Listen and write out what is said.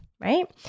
right